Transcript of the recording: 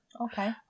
Okay